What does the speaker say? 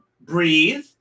breathe